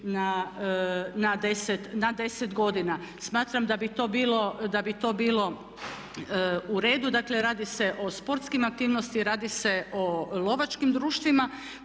na 10 godina. Smatram da bi to bilo u redu. Dakle, radi se o sportskim aktivnostima, radi se o lovačkim društvima